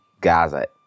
Gaza